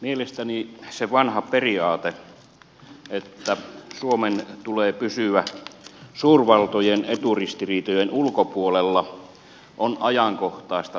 mielestäni se vanha periaate että suomen tulee pysyä suurvaltojen eturistiriitojen ulkopuolella on ajankohtaista tänäänkin